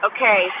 Okay